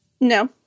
No